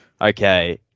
okay